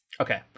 Okay